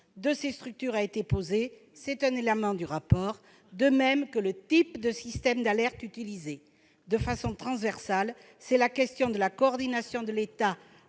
de ces structures a été posée- c'est un élément du rapport -, de même que le type de système d'alerte utilisé. De façon transversale, c'est la question de la coordination des